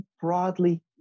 broadly